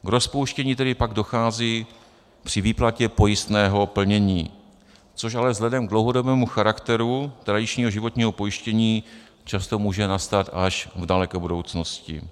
K rozpouštění tedy pak dochází při výplatě pojistného plnění, což ale vzhledem k dlouhodobému charakteru tradičního životního pojištění často může nastat až v daleké budoucnosti.